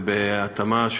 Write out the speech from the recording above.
ובהתאמה,